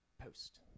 post